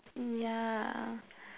yeah